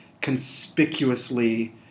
conspicuously